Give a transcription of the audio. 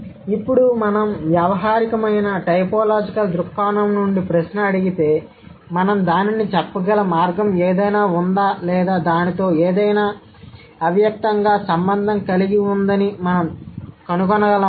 కానీ ఇప్పుడు మనం వ్యవహారికమైన టైపోలాజికల్ దృక్కోణం నుండి ప్రశ్న అడిగితే మనం దానిని చెప్పగల మార్గం ఏదైనా ఉందా లేదా దానితో ఏదైనా అవ్యక్తంగా సంబంధం కలిగి ఉందని మనం కనుగొనగలమా